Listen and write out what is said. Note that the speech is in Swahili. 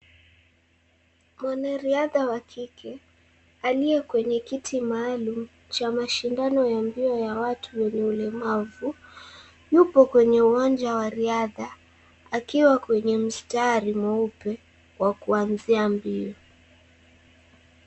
Mwanariadha wa kike aliye kwenye kiti maalum cha mashindano ya mbio ya watu wenye ulemavu. Yupo kwenye uwanja wa riadha akiwa kwenye mstari mweupe wa kuanzia mbio.